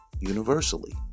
universally